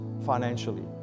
financially